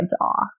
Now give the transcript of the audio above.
off